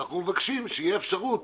ואנחנו מבקשים שתהיה אפשרות